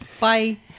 Bye